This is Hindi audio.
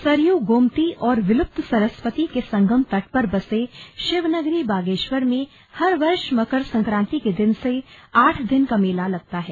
सरयू गोमती और विलुप्त सरस्वती के संगम तट पर बसे शिवनगरी बागेश्वर में हर वर्ष मकर संक्रांति के दिन से आठ दिन का मेला लगता है